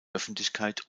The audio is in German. öffentlichkeit